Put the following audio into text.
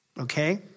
Okay